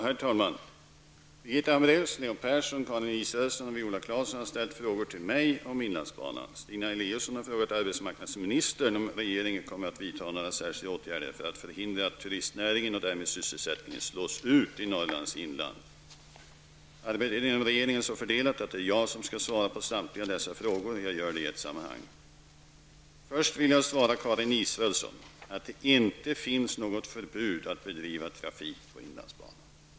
Herr talman! Birgitta Hambraeus, Leo Persson, Karin Israelsson och Viola Claesson har ställt frågor till mig om inlandsbanan. Stina Eliasson har frågat arbetsmarknadsministern om regeringen kommer att vidta några särskilda åtgärder för att förhindra att turistnäringen och därmed sysselsättningen slås ut i Norrlands inland. Arbetet inom regeringen är så fördelat att det är jag som skall svara på samtliga dessa frågor. Jag gör det i ett sammanhang. Först vill jag svara Karin Israelsson att det inte finns något förbud mot att bedriva trafik på inlandsbanan.